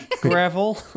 gravel